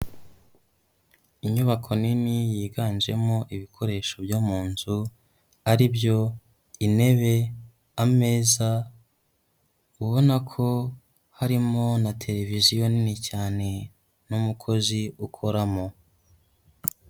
Inyubako nini yiganjemo ibikoresho byo mu nzu ari byo intebe, ameza, ubona ko harimo na televiziyo nini cyane n'umukozi ukoramo.